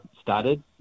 started